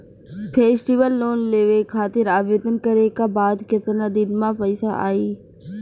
Festival loan लेवे खातिर आवेदन करे क बाद केतना दिन म पइसा आई?